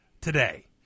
today